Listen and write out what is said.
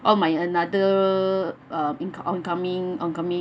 all my another uh income incoming oncoming